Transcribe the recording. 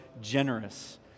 generous